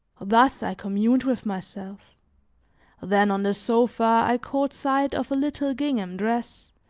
thus, i communed with myself then on the sofa i caught sight of a little gingham dress,